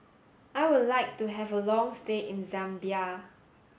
I would like to have a long stay in Zambia